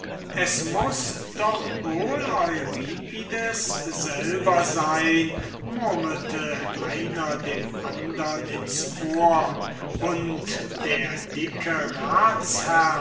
es muß doch wohl euripides selber sein murmelte einer dem andern ins ohr und der dicke